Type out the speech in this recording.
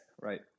Right